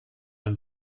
man